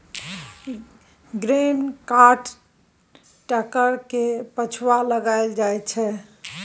grain cart tractor केर पाछु लगाएल जाइ छै